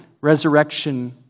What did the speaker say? resurrection